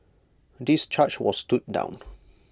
this charge was stood down